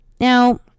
Now